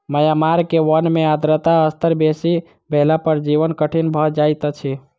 Myanmar के वन में आर्द्रता स्तर बेसी भेला पर जीवन कठिन भअ जाइत अछि